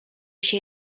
się